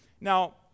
Now